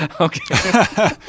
Okay